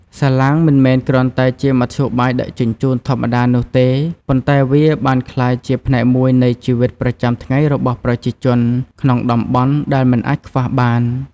សាឡាងមិនមែនគ្រាន់តែជាមធ្យោបាយដឹកជញ្ជូនធម្មតានោះទេ ប៉ុន្តែវាបានក្លាយជាផ្នែកមួយនៃជីវិតប្រចាំថ្ងៃរបស់ប្រជាជនក្នុងតំបន់ដែលមិនអាចខ្វះបាន។